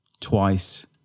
twice